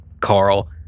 Carl